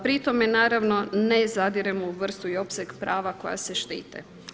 Pri tome naravno ne zadiremo u vrstu i opseg prava koja se štite.